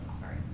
sorry